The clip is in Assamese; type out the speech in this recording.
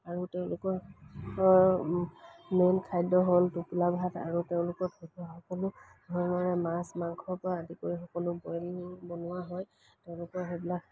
আৰু তেওঁলোকৰ মেইন খাদ্য হ'ল টোপোলা ভাত আৰু তেওঁলোকৰ সকলো ধৰণৰে মাছ মাংসৰপৰা আদি কৰি সকলো বইল বনোৱা হয় তেওঁলোকৰ সেইবিলাক